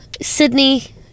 Sydney